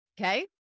Okay